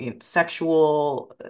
sexual